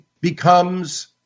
becomes